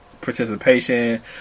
Participation